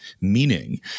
Meaning